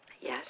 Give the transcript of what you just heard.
Yes